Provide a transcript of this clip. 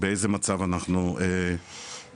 באיזה מצב אנחנו נמצאים.